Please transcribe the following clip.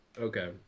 Okay